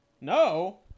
No